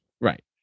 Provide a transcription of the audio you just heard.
Right